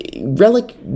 relic